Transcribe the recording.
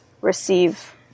receive